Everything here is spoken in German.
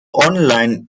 online